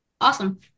Awesome